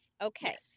Okay